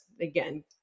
again